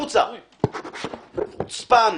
חוצפן.